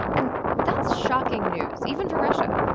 and that's shocking news, even for russia.